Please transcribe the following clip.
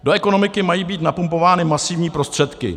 Do ekonomiky mají být napumpovány masivní prostředky.